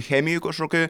chemijoj kažkokioj